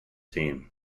team